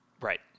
Right